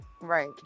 right